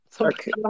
okay